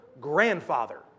grandfather